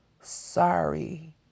sorry